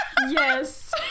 Yes